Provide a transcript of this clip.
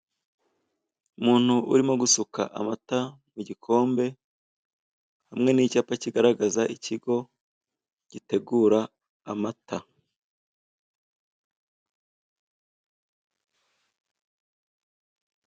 Umuntu urimo gusuka amata mu gikombe, hamwe n'icyapa kigaragaza ikigo gitegura amata.